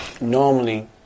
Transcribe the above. normally